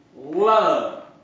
love